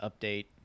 update